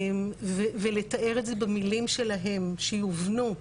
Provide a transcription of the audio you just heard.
ולתאר את זה במילים שלהם, שיובנו,